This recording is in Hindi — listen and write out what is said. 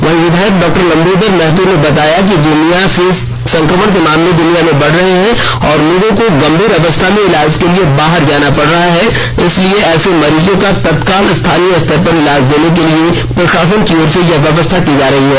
वहीं विधायक डॉक्टर लंबोदर महतो ने बताया कि गोमिया में संक्रमण के मामले बढ़ रहे हैं और लोगों को गंभीर अवस्था में इलाज के लिए बाहर ले जाना पड़ रहा है इसलिए ऐसे मरीजों को तत्काल स्थानीय स्तर पर इलाज देने के लिए प्रसाशन की ओर से यह व्यवस्था की जा रही है